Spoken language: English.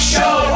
Show